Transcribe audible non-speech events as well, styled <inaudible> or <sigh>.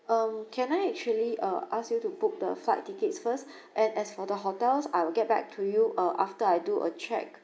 um can I actually uh ask you to book the flight tickets first <breath> and as for the hotels I will get back to you uh after I do a check